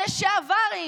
הלשעברים,